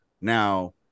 Now